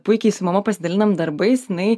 puikiai su mama pasidalinam darbais inai